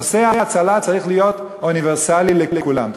נושא ההצלה צריך להיות אוניברסלי, לכולם.